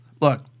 Look